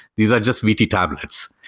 these are just vt tablets.